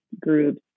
groups